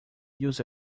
use